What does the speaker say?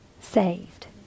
saved